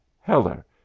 Heller